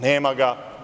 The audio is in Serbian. Nema ga.